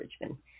Richmond